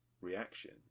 reaction